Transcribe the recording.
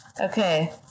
Okay